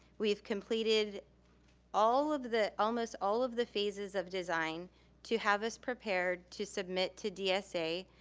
we've completed all of the, almost all of the phases of design to have us prepared to submit to dsa,